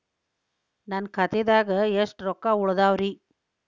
ನನ್ನ ಖಾತೆದಾಗ ಎಷ್ಟ ರೊಕ್ಕಾ ಉಳದಾವ್ರಿ?